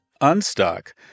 Unstuck